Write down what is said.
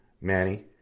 Manny